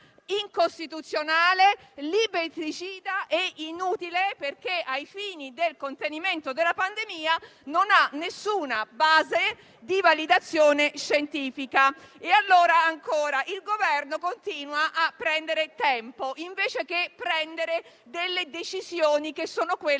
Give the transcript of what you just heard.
incostituzionale, liberticida e inutile, perché, ai fini del contenimento della pandemia, non ha nessuna base di validazione scientifica. Il Governo continua a prendere tempo, invece di prendere delle decisioni, che sono quelle suggerite